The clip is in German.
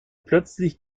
plötzlich